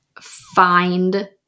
Find